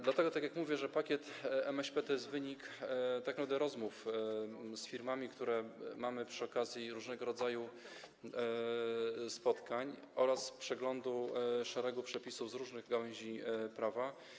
Dlatego tak jak mówię, pakiet MŚP to jest wynik rozmów z firmami, które mamy przy okazji różnego rodzaju spotkań, oraz przeglądu szeregu przepisów z różnych gałęzi prawa.